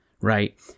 right